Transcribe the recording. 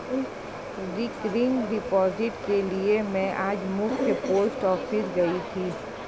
recurring deposit के लिए में आज मख्य पोस्ट ऑफिस गयी थी